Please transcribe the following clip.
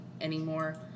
anymore